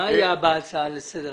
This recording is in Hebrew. מה היה בהצעה לסדר?